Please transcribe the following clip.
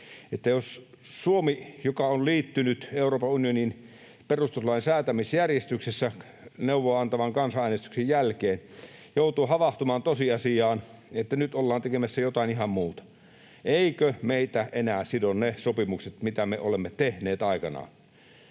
jos Suomi, joka on liittynyt Euroopan unioniin perustuslain säätämisjärjestyksessä neuvoa-antavan kansanäänestyksen jälkeen, joutuu havahtumaan tosiasiaan, että nyt ollaan tekemässä jotain ihan muuta, eivätkö meitä enää sido ne sopimukset, mitä me olemme tehneet aikanaan?